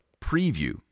preview